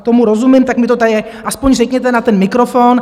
Tomu rozumím, tak mi to tady aspoň řekněte na ten mikrofon.